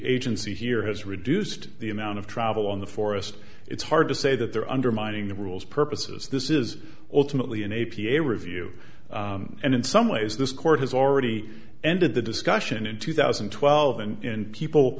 agency here has reduced the amount of travel on the forest it's hard to say that they're undermining the rules purposes this is ultimately an a p a review and in some ways this court has already ended the discussion in two thousand and twelve when people